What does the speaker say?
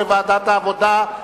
לדיון מוקדם בוועדת העבודה,